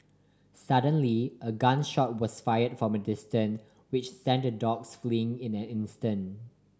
suddenly a gun shot was fired from a distance which sent the dogs fleeing in an instant